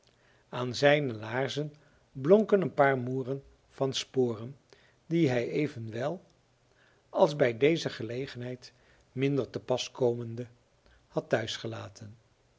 aan zijne laarzen blonken een paar moeren van sporen die hij evenwel als bij deze gelegenheid minder te pas komende had